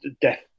death